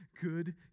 good